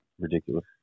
ridiculous